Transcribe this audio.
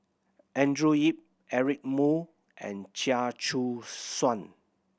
Andrew Yip Eric Moo and Chia Choo Suan